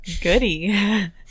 goody